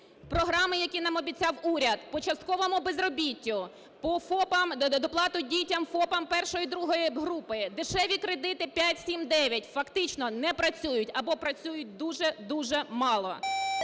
Програми, які нам обіцяв уряд по частковому безробіттю, по ФОПам, по доплаті дітям ФОПам першої і другої групи, дешеві кредити 5-7-9 фактично не працюють або працюють дуже-дуже мало.